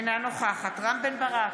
אינה נוכחת רם בן ברק,